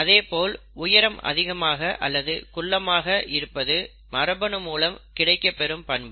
அதேபோல் உயரம் அதிகமாக அல்லது குள்ளமாக இருப்பது மரபணு மூலம் கிடைக்கப்பெறும் பண்பு